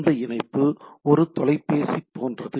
இந்த இணைப்பு ஒரு தொலைபேசி போன்றது